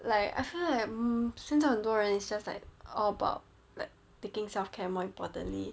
like I feel like am 身上很多人 it's just like all about like taking self-care more importantly